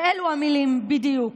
באלו המילים בדיוק,